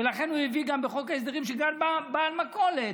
ולכן הוא הביא בחוק ההסדרים שגם בעל מכולת,